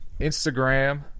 Instagram